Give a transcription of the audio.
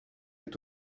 est